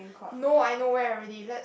no I know where already let's